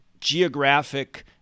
geographic